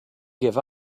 give